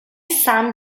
sand